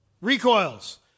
recoils